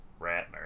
Ratner